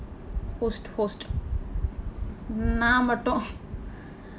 host host நான் மட்டும்:naan matdum